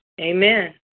Amen